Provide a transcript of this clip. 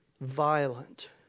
Violent